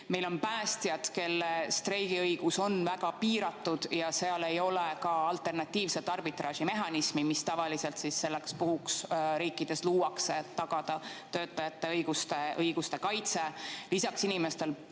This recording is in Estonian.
Meil on päästjad, kelle streigiõigus on väga piiratud ja seal ei ole ka alternatiivset arbitraažimehhanismi, mis tavaliselt selleks puhuks riikides luuakse, et tagada töötajate õiguste kaitse. Lisaks, inimestel